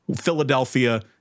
Philadelphia